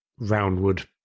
roundwood